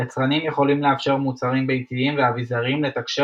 יצרנים יכולים לאפשר למוצרים ביתיים ואביזרים לתקשר